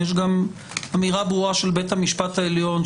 יש גם אמירה ברורה של בית המשפט העליון,